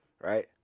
right